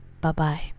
Bye-bye